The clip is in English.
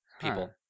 People